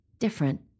different